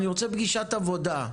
אני רוצה פגישת עבודה,